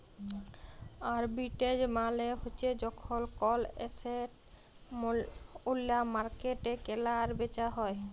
arbitrage মালে হ্যচ্যে যখল কল এসেট ওল্য মার্কেটে কেলা আর বেচা হ্যয়ে